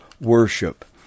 worship